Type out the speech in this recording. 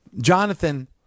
Jonathan